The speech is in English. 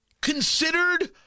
considered